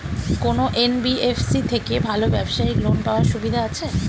কোন এন.বি.এফ.সি থেকে ভালো ব্যবসায়িক লোন পাওয়ার সুবিধা আছে?